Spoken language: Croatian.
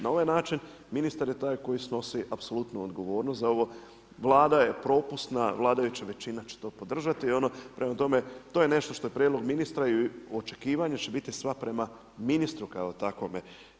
Na ovaj način ministar je taj koji snosi apsolutnu odgovornost za ovo, Vlada je propusna, vladajuća većina će to podržati i prema tome to je nešto što je prijedlog ministra i očekivanja će biti sva prema ministru kao takvome.